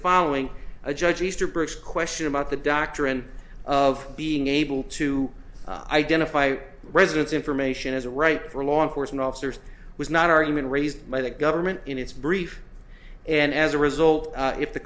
following a judge easter bridge question about the doctrine of being able to identify residence information as a right for law enforcement officers was not argument raised by the government in its brief and as a result if the